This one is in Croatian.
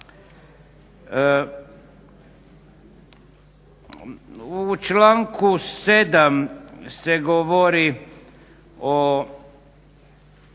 U članku 7.se govori o